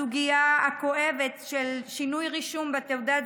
הסוגיה הכואבת של שינוי רישום המין בתעודת